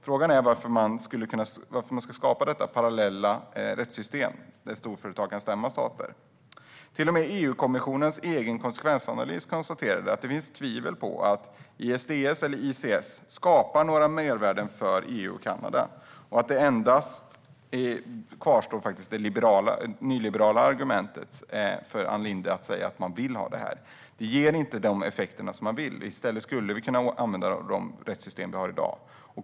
Frågan är varför man ska skapa detta parallella rättssystem, där storföretag kan stämma stater. Till och med EU-kommissionens egen konsekvensanalys konstaterade att det finns tvivel på att ISDS eller ICS skapar några mervärden för EU och Kanada. Det är endast det nyliberala argumentet för att vilja ha det här som kvarstår för Ann Linde. Detta ger inte de effekter som man vill ha. I stället skulle vi kunna använda de rättssystem vi har i dag.